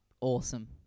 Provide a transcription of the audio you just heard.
awesome